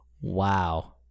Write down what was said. Wow